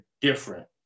different